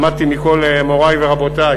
למדתי מכל מורי ורבותי